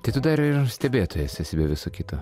tai tu dar ir stebėtojas esi be viso kito